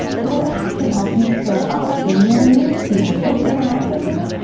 it will actually help you show up in their newsfeed. if they interact with you,